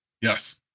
Yes